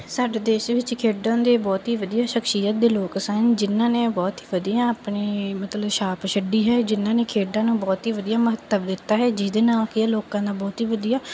ਸਾਡੇ ਦੇਸ਼ ਵਿੱਚ ਖੇਡਣ ਦੇ ਬਹੁਤ ਹੀ ਵਧੀਆ ਸ਼ਖਸ਼ੀਅਤ ਦੇ ਲੋਕ ਸਨ ਜਿਹਨਾਂ ਨੇ ਬਹੁਤ ਹੀ ਵਧੀਆ ਆਪਣੀ ਮਤਲਬ ਛਾਪ ਛੱਡੀ ਹੈ ਜਿਹਨਾਂ ਨੇ ਖੇਡਾਂ ਨੂੰ ਬਹੁਤ ਹੀ ਵਧੀਆ ਮਹੱਤਵ ਦਿੱਤਾ ਹੈ ਜਿਹਦੇ ਨਾਲ ਕਿ ਇਹ ਲੋਕਾਂ ਦਾ ਬਹੁਤ ਹੀ ਵਧੀਆ